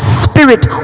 spirit